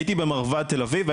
הייתי במרב"ד תל אביב,